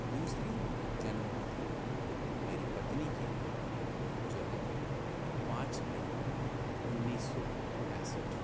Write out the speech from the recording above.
दूसरी जन्म तिथि मेरी पत्नी की है जो है पाँच मई उन्नीस सौ पैंसठ